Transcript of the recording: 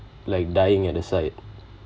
like dying at the side